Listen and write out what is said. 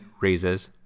raises